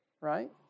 Right